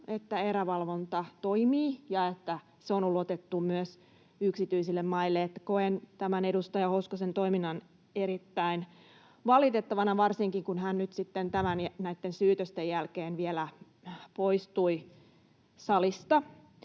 että erävalvonta toimi ja että se on ulotettu myös yksityisille maille. Koen tämän edustaja Hoskosen toiminnan erittäin valitettavana, varsinkin kun hän nyt sitten näitten syytösten jälkeen vielä poistui salista.